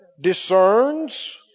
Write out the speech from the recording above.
discerns